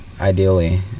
ideally